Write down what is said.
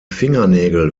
fingernägel